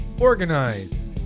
Organize